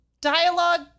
dialogue